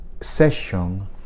session